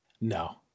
No